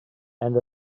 and